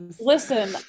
Listen